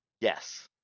Yes